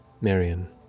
Marion